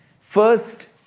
first,